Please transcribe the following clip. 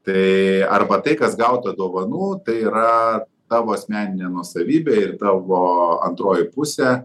tai arba tai kas gauta dovanų tai yra tavo asmeninė nuosavybė ir tavo antroji pusė